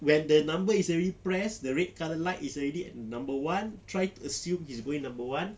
when the number is already pressed the red colour light is already at number one try to assume he's going number one